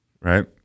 right